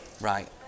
right